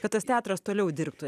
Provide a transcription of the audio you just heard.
kad tas teatras toliau dirbtų